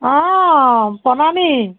অঁ প্ৰণামী